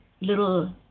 little